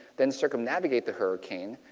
then circum navigate the hurricane,